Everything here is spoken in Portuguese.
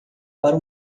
para